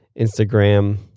Instagram